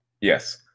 Yes